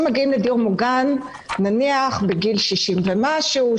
מגיעים לדיור מוגן נניח בגיל 60 ומשהו,